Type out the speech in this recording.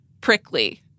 prickly